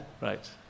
Right